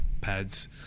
pads